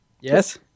Yes